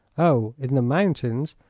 oh in the mountains?